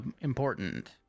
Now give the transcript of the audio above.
important